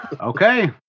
Okay